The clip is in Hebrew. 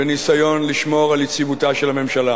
בניסיון לשמור על יציבותה של הממשלה.